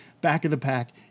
back-of-the-pack